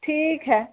ठीक हय